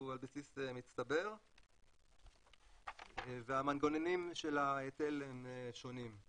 הוא על בסיס מצטבר והמנגנונים של ההיטל הם שונים.